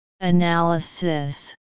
Analysis